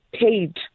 paid